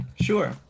Sure